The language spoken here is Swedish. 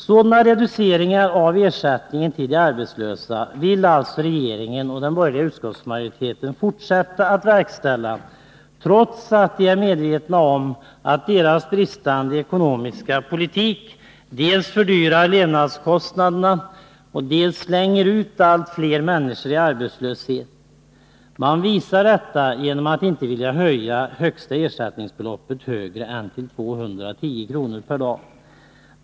Sådana reduceringar av ersättningen till de arbetslösa vill alltså regeringen och den borgerliga utskottsmajoriteten fortsätta att verkställa, trots att de är medvetna om att bristerna i deras ekonomiska politik dels höjer levnadskostnaderna, dels slänger ut allt fler människor i arbetslöshet. Detta bevisas avatt de inte vill höja högsta ersättningsbeloppet till högre än 210 kr. per dag.